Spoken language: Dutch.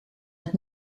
het